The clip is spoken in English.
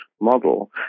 model